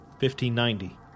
1590